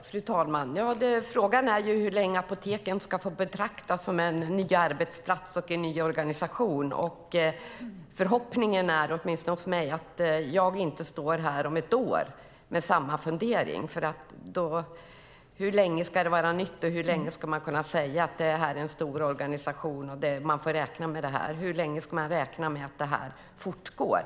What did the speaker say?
Fru talman! Frågan är hur länge apoteken ska få betraktas som en ny arbetsplats och en ny organisation. Förhoppningen är, åtminstone hos mig, att jag inte står här om ett år med samma fundering. Hur länge ska det vara nytt och hur länge ska man kunna säga att det här är en stor organisation och att man får räkna med det här? Hur länge ska man räkna med att det här fortgår?